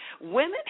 Women